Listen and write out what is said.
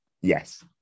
Yes